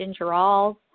gingerols